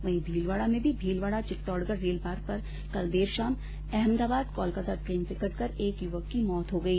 वहीं भीलवाडा में भी भीलवाडा चित्तौडगढ रेलमार्ग पर देर शाम अहमदाबाद कोलकाता ट्रेन से कटकर एक युवक की मौत हो गई